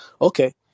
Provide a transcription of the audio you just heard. okay